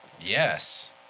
Yes